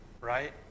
Right